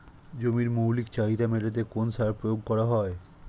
জমির মৌলিক চাহিদা মেটাতে কোন সার প্রয়োগ করা হয়?